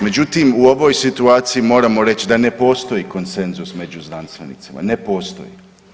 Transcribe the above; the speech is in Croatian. Međutim, u ovoj situaciji moramo reć da ne postoji konsenzus među znanstvenicima, ne postoji.